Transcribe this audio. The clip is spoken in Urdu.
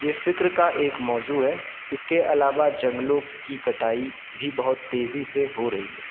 یہ فکر کا ایک موضوع ہے اس کے علاوہ جنگلوں کی کٹائی بھی بہت تیزی سے ہو رہی ہے